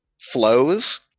flows